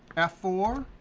f four,